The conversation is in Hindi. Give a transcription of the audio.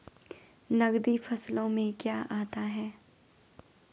नकदी फसलों में क्या आता है?